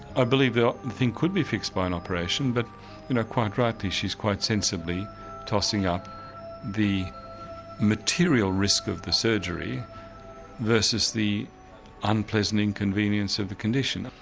i believe the thing could be fixed by an operation but you know quite rightly she's quite sensibly tossing up the material risk of the surgery versus the unpleasant inconvenience of the condition.